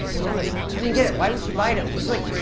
thomas, i don't get it, why would she bite him? he's like,